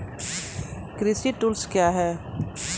कृषि टुल्स क्या हैं?